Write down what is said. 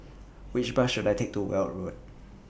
Which Bus should I Take to Weld Road